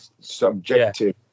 subjective